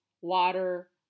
water